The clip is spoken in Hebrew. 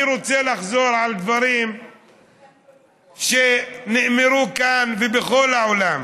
אני רוצה לחזור על דברים שנאמרו כאן ובכל העולם,